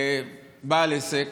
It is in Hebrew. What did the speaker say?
בעל עסק,